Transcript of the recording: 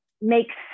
makes